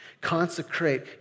Consecrate